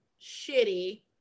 shitty